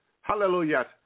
Hallelujah